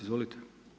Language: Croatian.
Izvolite.